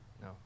No